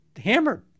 hammered